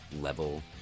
level